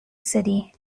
city